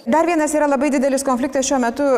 dar vienas yra labai didelis konfliktas šiuo metu